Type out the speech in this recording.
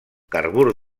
carbur